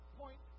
point